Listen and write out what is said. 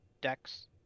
decks